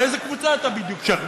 לאיזה קבוצה אתה בדיוק שייך?